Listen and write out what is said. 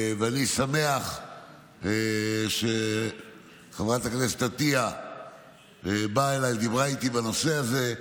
אני שמח שחברת הכנסת עטייה באה אליי ודיברה איתי בנושא הזה.